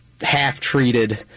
half-treated